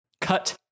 cut